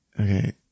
Okay